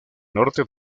norte